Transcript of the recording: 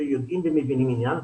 שיודעים ומבינים עניין.